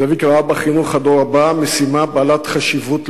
זאביק ראה בחינוך הדור הבא משימה בעלת חשיבות לאומית,